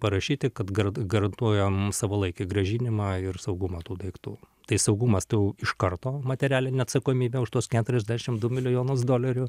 parašyti kad gara garantuojam savalaikį grąžinimą ir saugumą tų daiktų tai saugumas tų iš karto materialinę atsakomybę už tuos keturiasdešim du milijonus dolerių